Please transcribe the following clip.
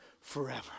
forever